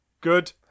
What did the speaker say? Good